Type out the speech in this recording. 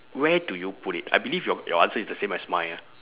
where do you put it I believe your your answer is the same as mine ah